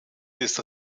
des